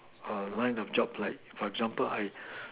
err line of job like for example like